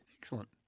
Excellent